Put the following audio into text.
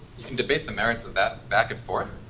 you can debate the merits of that back and forth,